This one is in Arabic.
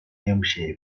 يمشي